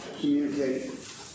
communicate